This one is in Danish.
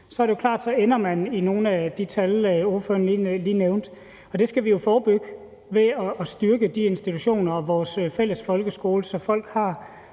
er det jo klart, at så ender man med nogle af de tal, ordføreren lige nævnte, og det skal vi jo forebygge ved at styrke de institutioner og vores fælles folkeskole, så folk har